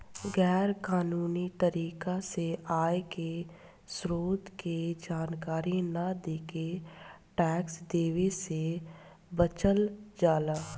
गैर कानूनी तरीका से आय के स्रोत के जानकारी न देके टैक्स देवे से बचल जाला